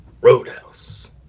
Roadhouse